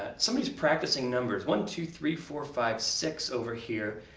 ah somebody's practicing numbers one, two, three, four, five, six over here,